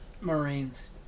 Marines